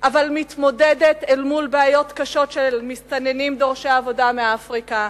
אבל מתמודדת אל מול בעיות קשות של מסתננים דורשי עבודה מאפריקה,